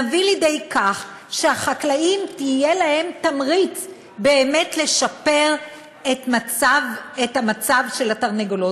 נביא לידי כך שהחקלאים יהיה להם תמריץ באמת לשפר את המצב של התרנגולות.